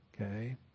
Okay